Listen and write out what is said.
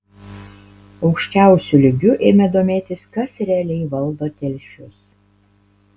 aukščiausiu lygiu ėmė domėtis kas realiai valdo telšius